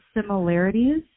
similarities